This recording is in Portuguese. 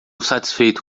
satisfeito